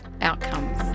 outcomes